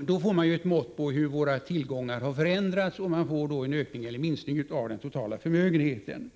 Då får man ett mått på hur våra tillgångar har förändrats, och man ser om det har skett en ökning eller en minskning av den totala förmögenheten.